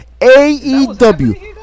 AEW